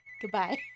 goodbye